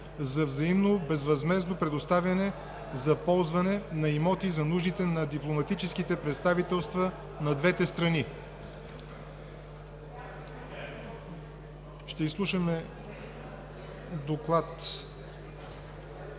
за взаимно безвъзмездно предоставяне за ползване на имоти за нуждите на дипломатическите представителства на двете страни, № 702-02-2, внесен